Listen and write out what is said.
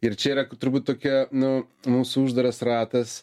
ir čia yra turbūt tokia nu mūsų uždaras ratas